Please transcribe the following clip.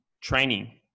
training